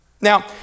Now